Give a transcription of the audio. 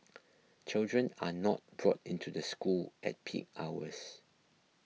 children are not brought into the school at peak hours